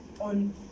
on